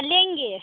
तो लेंगे